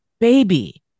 baby